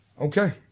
Okay